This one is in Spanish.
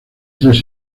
tres